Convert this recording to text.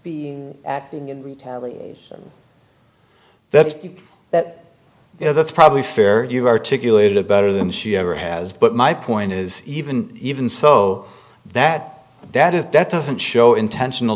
acting in retaliation that's that you know that's probably fair you've articulated a better than she ever has but my point is even even so that that is that doesn't show intentional